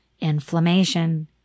inflammation